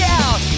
out